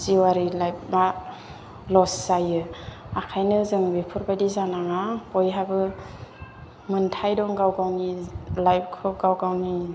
जिउयारि लाइफआ लस जायो आखायनो जों बेफोरबायदि जानाङा बयहाबो मोनथाय दं गाव गावनि लाइफखौ गाव गावनि